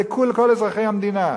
זה כל אזרחי המדינה,